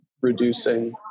reducing